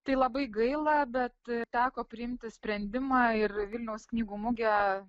tai labai gaila bet teko priimti sprendimą ir vilniaus knygų mugę